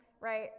right